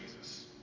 Jesus